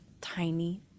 tiny